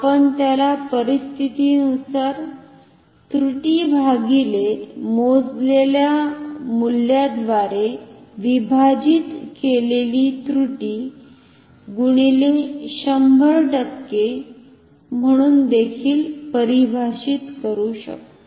आपण त्याला परिस्थितीनुसार त्रुटि भागीले मोजलेल्या मूल्याद्वारे विभाजित केलेली त्रुटी गुणिले 100 टक्के म्हणून देखील परिभाषित करू शकतो